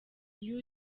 iyo